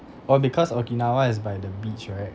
oh because okinawa is by the beach right